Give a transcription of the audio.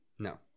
No